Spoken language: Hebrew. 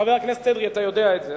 חבר הכנסת אדרי, אתה יודע את זה.